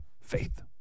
faith